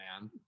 man